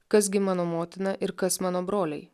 kas gi mano motina ir kas mano broliai